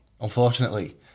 unfortunately